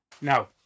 Now